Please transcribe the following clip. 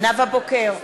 נאוה בוקר,